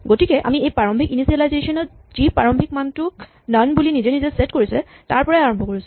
গতিকে আমি এই প্ৰাৰম্ভিক ইনিচিয়েলাইজেচন যি প্ৰাৰম্ভিক মান টোক নন বুলি নিজে নিজে ছেট কৰিছে তাৰ পৰাই আৰম্ভ কৰিছোঁ